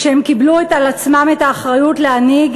כשהם קיבלו על עצמם את האחריות להנהיג,